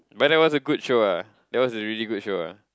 but that was a good show ah that was a really good show ah